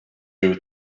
you